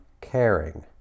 caring